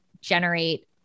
generate